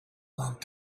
long